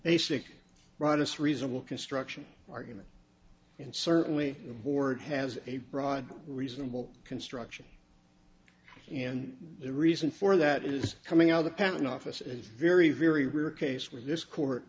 basic right it's reasonable construction argument and certainly the board has a broad reasonable construction and the reason for that is coming out the patent office is very very rare case where this court